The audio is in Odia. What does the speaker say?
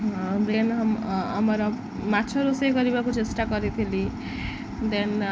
ଦେନ୍ ଆମର ମାଛ ରୋଷେଇ କରିବାକୁ ଚେଷ୍ଟା କରିଥିଲି ଦେନ୍